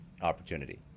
opportunity